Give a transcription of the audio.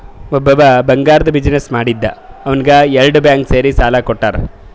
ಒಬ್ಬವ್ ಬಂಗಾರ್ದು ಬಿಸಿನ್ನೆಸ್ ಮಾಡ್ತಿದ್ದ ಅವ್ನಿಗ ಎರಡು ಬ್ಯಾಂಕ್ ಸೇರಿ ಸಾಲಾ ಕೊಟ್ಟಾರ್